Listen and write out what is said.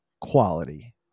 quality